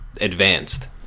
advanced